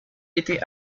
été